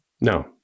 No